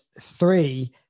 three